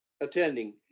Attending